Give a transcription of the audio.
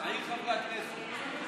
חברי הכנסת בצד ימין,